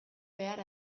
behar